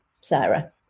sarah